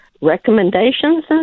recommendations